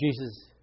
Jesus